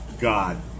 God